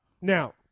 now